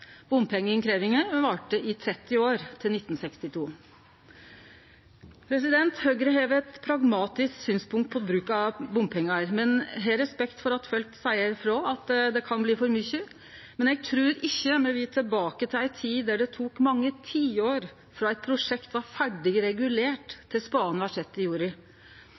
Bompengeinnkrevjinga varte i 30 år, til 1962. Høgre har eit pragmatisk syn på bruk av bompengar, men har respekt for at folk seier frå at det kan bli for mykje. Men eg trur ikkje me vil tilbake til ei tid der det tok mange tiår frå eit prosjekt var ferdig regulert, til spaden var sett i jorda.